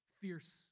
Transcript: fierce